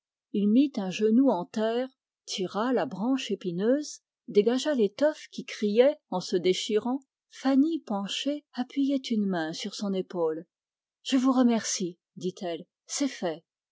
augustin mit un genou en terre tira la branche épineuse dégagea l'étoffe qui criait en se déchirant fanny penchée appuyait une main sur son épaule je vous remercie dit-elle c'est fait